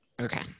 Okay